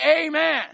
amen